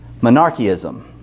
monarchism